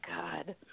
god